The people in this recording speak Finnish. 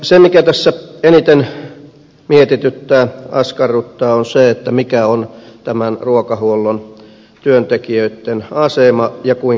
se mikä tässä eniten mietityttää askarruttaa on se mikä on tämän ruokahuollon työntekijöitten asema ja kuinka heitä kohdellaan